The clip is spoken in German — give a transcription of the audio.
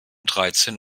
dreizehn